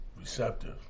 Receptive